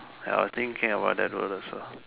I was thinking about that roller also